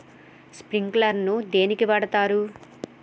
Sprinkler ను దేనికి వాడుతరు?